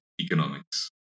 economics